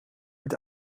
het